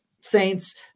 Saints